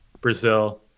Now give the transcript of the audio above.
Brazil